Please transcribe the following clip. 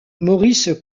maurice